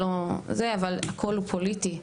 הכל פוליטי,